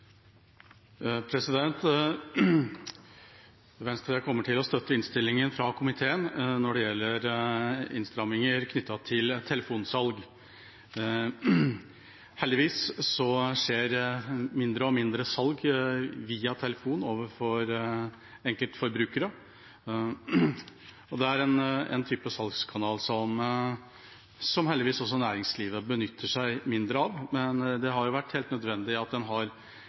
næringslivet. Venstre kommer til å støtte innstillingen fra komiteen når det gjelder innstramminger knyttet til telefonsalg. Heldigvis skjer mindre og mindre salg via telefon overfor enkeltforbrukere. Det er en type salgskanal som heldigvis også næringslivet benytter seg mindre av, men det har vært helt nødvendig at en har